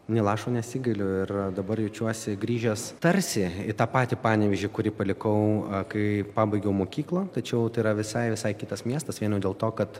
nė lašo nesigailiu ir dabar jaučiuosi grįžęs tarsi į tą patį panevėžį kurį palikau kai pabaigiau mokyklą tačiau tai yra visai visai kitas miestas vien jau dėl to kad